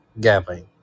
gambling